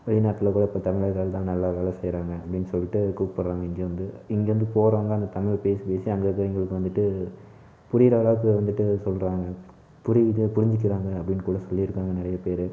வெளிநாட்டில்கூட இப்போ தமிழர்கள்தான் நல்லா வேலை செய்கிறாங்க அப்படின் சொல்லிட்டு கூப்பிடுறாங்க இங்கே வந்து இங்கிருந்து போகிறவங்க அங்கே தமிழ் பேசி பேசி அங்கே இருக்கிறவைங்கள்க்கு வந்துட்டு புரிகிற அளவுக்கு வந்துட்டு சொல்கிறாங்க புரியுது புரிஞ்சுக்கிறாங்க அப்படின்கூட சொல்லியிருக்காங்க நிறையப் பேர்